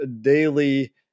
daily